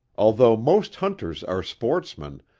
although most hunters are sportsmen,